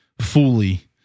fully